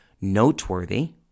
NOTeworthy